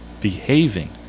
behaving